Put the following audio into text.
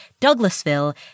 Douglasville